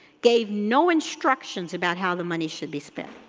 gave no instructions about how the money should be spent.